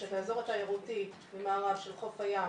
יש את האזור התיירותי ממערב של חוף הים